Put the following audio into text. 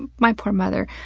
my poor mother.